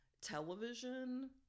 television